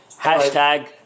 hashtag